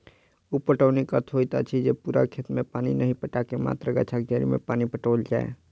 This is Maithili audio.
उप पटौनीक अर्थ होइत अछि जे पूरा खेत मे पानि नहि पटा क मात्र गाछक जड़ि मे पानि पटाओल जाय